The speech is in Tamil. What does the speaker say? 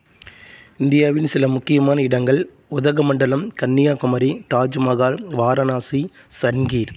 இந்தியாவின் சில முக்கியமான இடங்கள் உதகமண்டலம் கன்னியாகுமரி தாஜ்மகால் வாரணாசி சங்கீர்